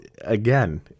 again